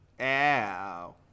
Ow